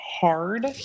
hard